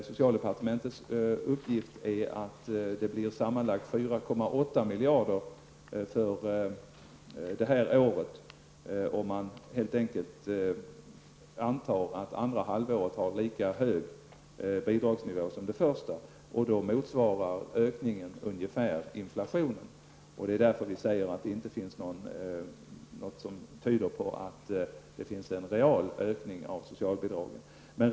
Socialdepartementets uppgift är att fördela 4,8 miljarder för det här året, om man antar att bidragsnivån för andra halvåret blir lika hög som för det första. Då motsvarar ökningen ungefär inflationen. Det är därför vi säger att det inte finns något som tyder på en real ökning av socialbidragen.